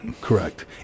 correct